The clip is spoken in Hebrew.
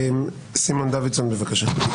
סימון דוידסון, בבקשה.